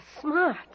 smart